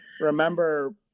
remember